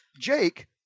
Jake